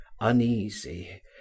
uneasy